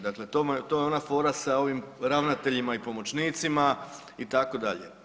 Dakle to je ona fora sa ovim ravnateljima i pomoćnicima itd.